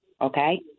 okay